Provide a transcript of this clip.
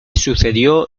sucedió